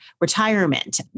retirement